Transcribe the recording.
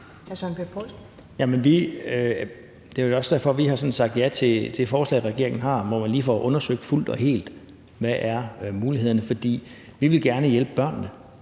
det er også derfor, vi har sagt ja til det forslag, regeringen har, hvor man lige får undersøgt fuldt og helt, hvad mulighederne er. For vi vil gerne hjælpe børnene.